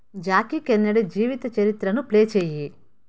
Jackie Kennedy జీవిత చరిత్రను play చేయి